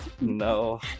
no